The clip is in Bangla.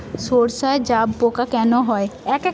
সর্ষায় জাবপোকা কেন হয়?